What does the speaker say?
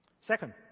Second